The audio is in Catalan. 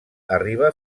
arriba